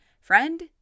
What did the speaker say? Friend